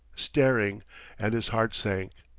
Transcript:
staring and his heart sank,